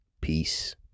peace